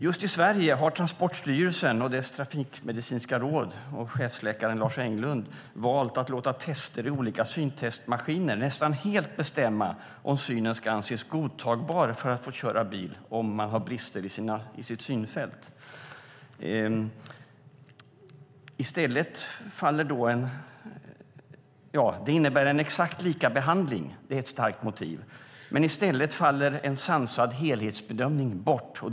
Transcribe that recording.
Just i Sverige har Transportstyrelsen, dess trafikmedicinska råd och chefsläkaren Lars Englund valt att låta tester i olika syntestmaskiner nästan helt bestämma om synen ska anses godtagbar för att få köra bil om man har brister i sitt synfält. Det innebär en exakt likabehandling, och det är ett starkt motiv. Men i stället faller en sansad helhetsbedömning bort.